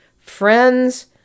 friends